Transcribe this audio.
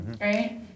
Right